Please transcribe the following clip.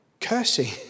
cursing